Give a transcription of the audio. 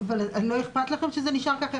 לא אכפת לכם שזה נשאר ככה?